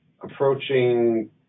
approaching